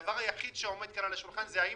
הדבר היחיד שעומד כאן על השולחן זה האם